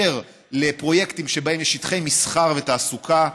בפרויקטים שבהם יש שטחי מסחר ותעסוקה,